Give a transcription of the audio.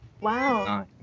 Wow